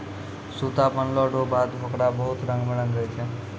सूता बनलो रो बाद होकरा बहुत रंग मे रंगै छै